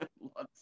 lots